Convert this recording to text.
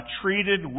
treated